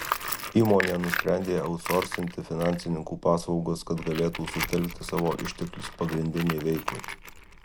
įmonė nusprendė autsorsinti finansininkų paslaugas kad galėtų sutelkti savo išteklius pagrindinei veiklai